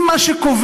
אם מה שקובע